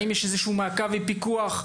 האם יש איזשהו מעקב ופיקוח?